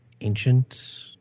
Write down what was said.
ancient